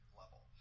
level